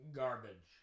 garbage